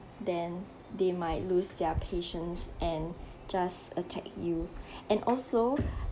then they might lose their patience and just attack you and also